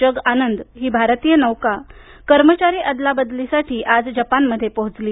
जग आनंद ही भारतीय नौका कर्मचारी अदला बदलीसाठी आज जपानमध्ये पोहोचली